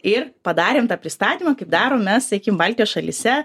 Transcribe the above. ir padarėm tą pristatymą kaip darom mes sakykim baltijos šalyse